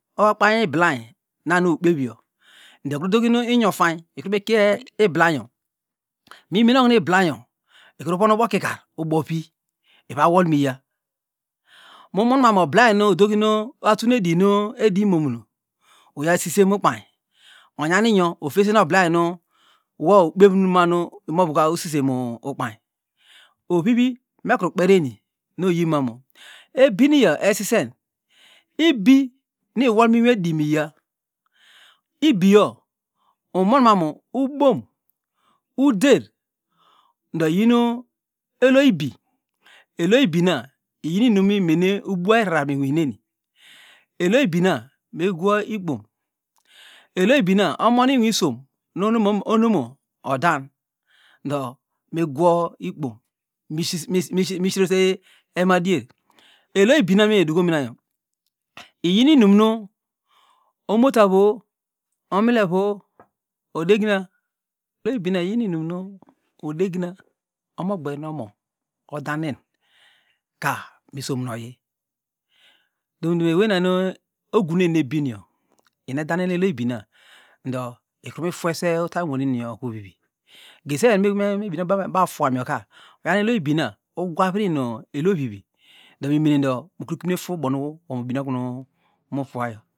Okpany iblamyn nanu ukpeovyo ndo ekurudoginu inyo fayn ikurukie iblamgo mienin okunu iblanyo ikruvon ubokikar ubovi ivawolmiya mumonmam oblaynu odoginu atunedinu edimo uyasisemu kpanyn onganingo ofiesene oblaynu no ukpeovu ma- a nu imovuka usisemu ukpanyn ovivi numekou kperieni noyimam ebiniyo esisen ibinu iwolmediniya ibigo umonmanu ubom uder do iyinu ebibi eloibina iyini inumel memene ubia urarar minaimeni eloibina migwo ikpom eloibina omonu uriwisom nunu onomo odan ndo migwo ikpom mi misirese emadier eloibina menine dukomayo iyi numnu omotavo omlevo odegna ibina iyinu inamu odeyna omobernomo odanenka misomuoyi domdom ewey nanu oguneni mu ebinio enedanen edo ibina ndo ikri mi fuese utamwon eniyo okovivi gesi bam baduanuo ka uyaw eloibina ugwavirnu elovivi ndo minene ndo mukimine pubovi ubomu ubine okunu mfuwago.